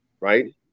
right